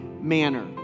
manner